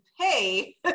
pay